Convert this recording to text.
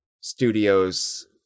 studios